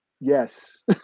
Yes